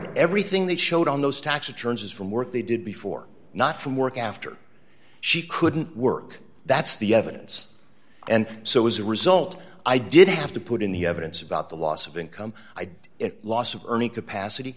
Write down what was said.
hard everything that showed on those tax returns from work they did before not from work after she couldn't work that's the evidence and so as a result i didn't have to put in the evidence about the loss of income i did a loss of earning capacity